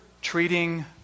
treating